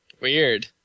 Weird